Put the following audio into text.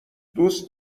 دوست